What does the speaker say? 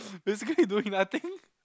basically doing nothing